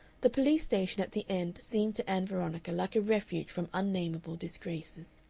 the police-station at the end seemed to ann veronica like a refuge from unnamable disgraces.